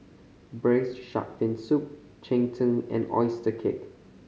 Braised Shark Fin Soup cheng tng and oyster cake